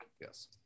yes